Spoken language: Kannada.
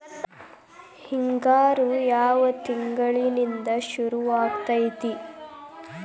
ಹಿಂಗಾರು ಯಾವ ತಿಂಗಳಿನಿಂದ ಶುರುವಾಗತೈತಿ?